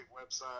website